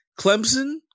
Clemson